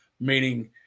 meaning